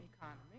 economy